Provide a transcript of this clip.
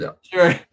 sure